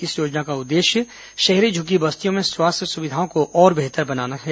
इस योजना का उद्देश्य शहरी इन्गी बस्तियों में स्वास्थ्य सुविधाओं को और बेहतर बनाना है